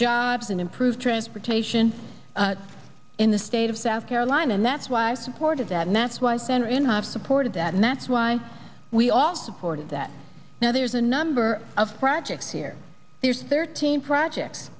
jobs and improve transportation in the state of south carolina and that's why i supported that mass was there and have supported that and that's why we all supported that now there's a number of projects here there's thirteen projects